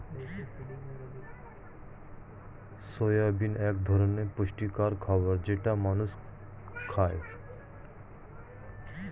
soybean এক ধরনের পুষ্টিকর খাবার যেটা মানুষ খায়